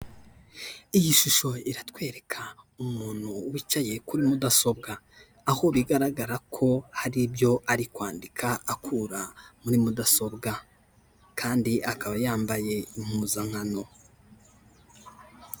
Iyi shusho iratwereka umuntu wicaye kuri mudasobwa aho bigaragara ko hari ibyo ari kwandika akura muri mudasobwa kandi akaba yambaye impuzankano.